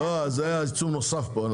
לא, זה עיצום נוסף פה.